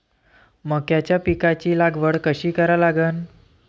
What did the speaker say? मक्याच्या पिकाची लागवड कशी करा लागन?